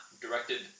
directed